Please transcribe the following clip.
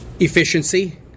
Efficiency